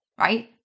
Right